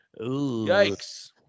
Yikes